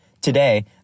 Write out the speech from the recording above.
Today